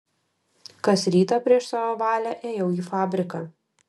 kas rytą prieš savo valią ėjau į fabriką